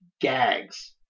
gags